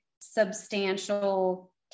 substantial